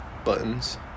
buttons